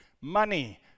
money